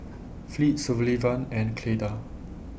Fleet Sullivan and Cleda